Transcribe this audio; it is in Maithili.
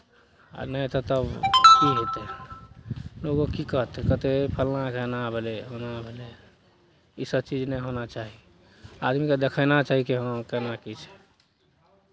आ नहि तऽ तब की हेतै लोको की कहतै कहतै ए फलनाकेँ एना भेलै ओना भेलै ईसभ चीज नहि होना चाही आदमीकेँ देखयना चाही कि हँ केना छै